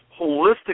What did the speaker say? holistic